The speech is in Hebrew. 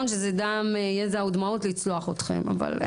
שזה דם יזע דמעות לצלוח אתכם.